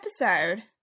episode